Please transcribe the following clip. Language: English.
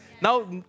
Now